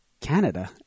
Canada